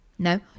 No